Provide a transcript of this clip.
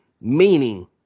meaning